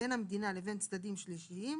בין המדינה לבין צדדים שלישיים